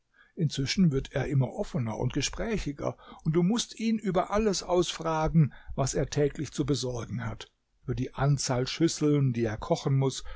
inzwischen wird er immer offener und gesprächiger und du mußt ihn über alles ausfragen was er täglich zu besorgen hat über die anzahl schüsseln die er kochen muß